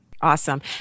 Awesome